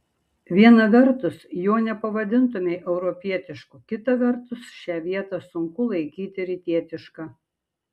viena vertus jo nepavadintumei europietišku kita vertus šią vietą sunku laikyti rytietiška